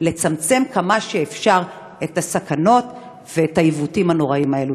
לצמצם כמה שאפשר את הסכנות ואת העיוותים הנוראים האלה.